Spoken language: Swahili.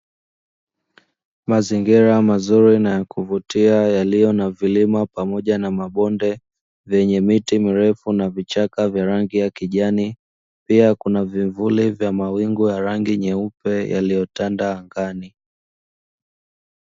Mazingira mazuri na ya kuvutia yaliyo na vilima pamoja na mabonde, vyenye miti mirefu na vichaka vya rangi ya kijani, pia kuna vivuli vya mawingu ya rangi nyeupe yaliyotanda angani.